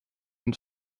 den